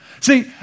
See